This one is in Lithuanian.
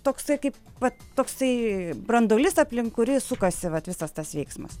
toksai kaip vat toksai branduolys aplink kurį sukasi vat visas tas veiksmas